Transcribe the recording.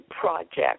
project